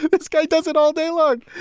but this guy does it all day long!